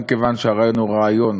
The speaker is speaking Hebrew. גם כיוון שהרעיון הוא רעיון